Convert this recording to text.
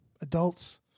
adults